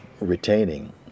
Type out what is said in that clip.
retaining